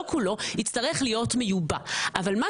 לא כולו,